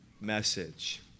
message